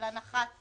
של הנחת